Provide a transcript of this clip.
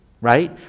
right